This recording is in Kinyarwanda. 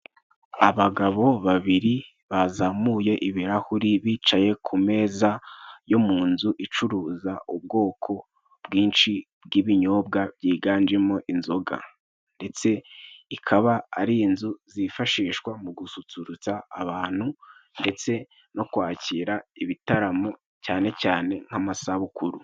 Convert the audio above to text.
Abagabo babiri bazamuye ibirahuri, bicaye ku meza yo mu nzu icuruza ubwoko bwinshi bw'ibinyobwa byiganjemo inzoga, ndetse ikaba ari nzu zifashishwa mu gususurutsa abantu, ndetse nokwakira ibitaramo, cyane cyane nk’amasabukuru.